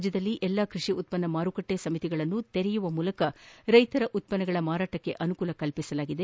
ರಾಜ್ಯದಲ್ಲಿ ಎಲ್ಲಾ ಕೃಷಿ ಉತ್ಪನ್ನ ಮಾರುಕಟ್ಟೆ ಸಮಿತಿಗಳನ್ನು ತೆರೆಯುವ ಮೂಲಕ ರೈತರ ಉತ್ಪನ್ನಗಳ ಮಾರಾಟಕ್ಕೆ ಅನುಕೂಲ ಮಾಡಿಕೊಡಲಾಗಿದೆ